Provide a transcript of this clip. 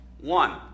One